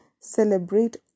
celebrate